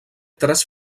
tres